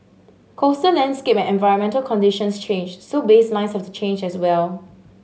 coastal landscape and environmental conditions change so baselines have to change as well